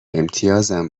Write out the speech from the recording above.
امتیازم